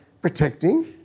protecting